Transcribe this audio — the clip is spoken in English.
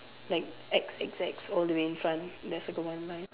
like X X X all the way in front there's like a one line